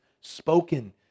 spoken